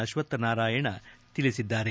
ಅಶ್ವಥನಾರಾಯಣ ತಿಳಿಸಿದ್ದಾರೆ